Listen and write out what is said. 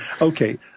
Okay